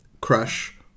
crush